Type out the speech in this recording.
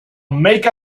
make